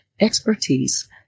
expertise